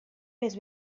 més